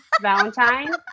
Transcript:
Valentine